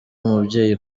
umubyeyi